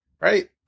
Right